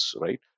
right